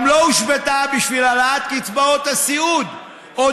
גם לא הושבתה בשביל העלאת קצבאות הסיעוד או